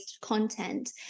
content